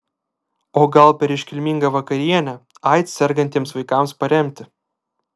o gal per iškilmingą vakarienę aids sergantiems vaikams paremti